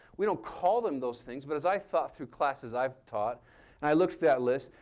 we don't call them those things but as i've thought through classes i've taught and i look to that list,